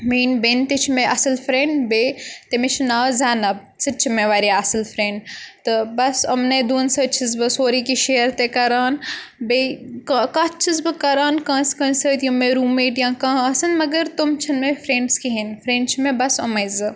میٲنۍ بیٚنہِ تہِ چھِ مےٚ اَصٕل فرینٛڈ بیٚیہِ تٔمِس چھُ ناو زَینَب سُہ تہِ چھُ مےٚ واریاہ اَصٕل فرینڈ تہٕ بَس یِمنٕے دۄن سۭتۍ چھس بہٕ سورُے کینٛہہ شِیر تہِ کَران بیٚیہِ کَتھ چھس بہٕ کَران کٲنٛسہِ کٲنٛسہِ سۭتۍ یِم مےٚ روٗم میٹ یا کانٛہہ آسَن مگر تم چھِنہٕ مےٚ فرٛینٛڈٕس کِہیٖنۍ فرٛیٚنٛڈ چھِ مےٚ بَس یِمٕے زٕ